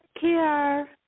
care